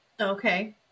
okay